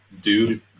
dude